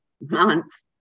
months